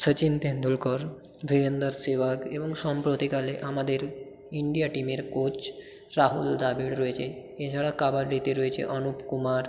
শচীন তেন্ডুলকর ভীরেন্দর সেহবগ এবং সম্প্রতিকালে আমাদের ইন্ডিয়া টিমের কোচ রাহুল দ্রাবিড় রয়েছে এছাড়া কাবাডিতে রয়েছে অনুপ কুমার